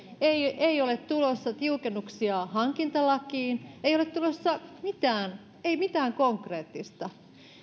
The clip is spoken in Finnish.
ei ei ole tulossa tiukennuksia hankintalakiin ei ole tulossa mitään ei mitään konkreettista